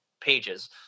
pages